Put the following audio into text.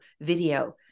video